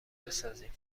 بسازیم